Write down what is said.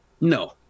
No